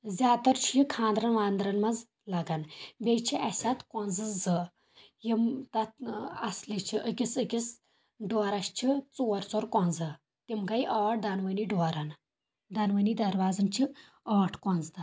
زیادٕ تر چھُ یہِ خانٛدرن وانٛدرن منٛز لگان بییٚہِ چھِ اسہِ اتھ کۄنٛزٕ زٕ یِم تتھ اصلی چھِ أکِس أکِس ڈورس چھِ ژور ژور کۄنٛزٕ تِم گے ٲٹھ دۄنوٕنی ڈورن دۄنوٕنی دروازن چھِ ٲٹھ کۄنٛزٕ یتھ